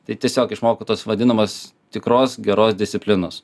tai tiesiog išmokau tos vadinamos tikros geros disciplinos